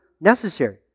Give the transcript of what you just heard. necessary